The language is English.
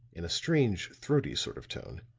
in a strange, throaty sort of tone,